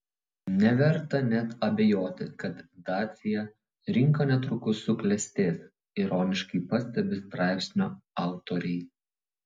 neverta net abejoti kad dacia rinka netrukus suklestės ironiškai pastebi straipsnio autoriai